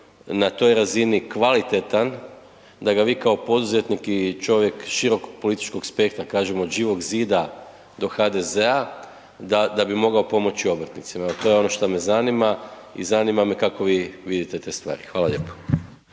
na toj razini kvalitetan, da ga vi kao poduzetnik i čovjek širokog političkog spektra, kažem od Živog zida do HDZ-a, da bi mogao pomoći obrtnicima? Evo to je što me zanima i zanima me kako vi vidite te stvari. Hvala lijepo.